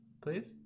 Please